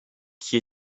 qui